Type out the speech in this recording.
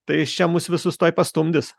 tai jis čia mus visus tuoj pastumdys